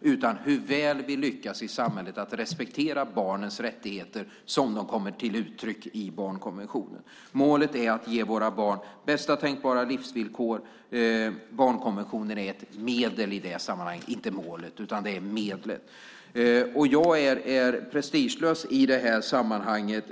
utan hur väl vi lyckas i samhället att respektera barnens rättigheter som de kommer till uttryck i barnkonventionen. Målet är att ge våra barn bästa tänkbara livsvillkor. Barnkonventionen är ett medel i det sammanhanget, inte målet. Jag är prestigelös i det här sammanhanget.